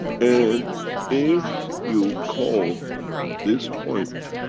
and if you call this point